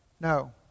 no